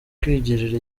kwigirira